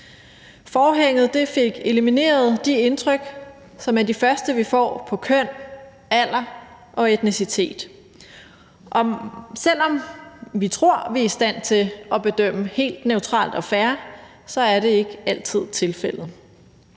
Forhænget fik elimineret de indtryk, som er de første, vi får, af køn, alder og etnicitet. Og selv om vi tror, vi er i stand til at bedømme helt neutralt og fair, er det ikke altid tilfældet.